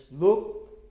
look